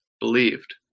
believed